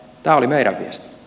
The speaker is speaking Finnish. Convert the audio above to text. tali merkeistä